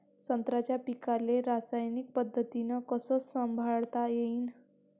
संत्र्याच्या पीकाले रासायनिक पद्धतीनं कस संभाळता येईन?